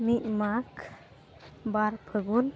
ᱢᱤᱫ ᱢᱟᱜᱽ ᱵᱟᱨ ᱯᱷᱟᱹᱜᱩᱱ